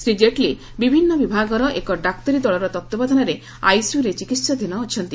ଶ୍ରୀ ଜେଟ୍ଲୀ ବିଭିନ୍ନ ବିଭାଗର ଏକ ଡାକ୍ତରୀ ଦଳର ତତ୍ତ୍ୱାବଧାନରେ ଆଇସିୟୁରେ ଚିକିହାଧୀନ ଅଛନ୍ତି